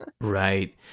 Right